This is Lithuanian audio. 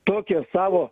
tokią savo